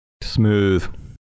smooth